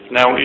Now